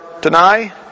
deny